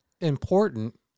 important